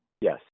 Yes